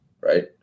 right